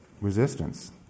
resistance